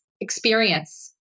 experience